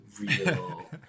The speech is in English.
real